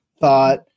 thought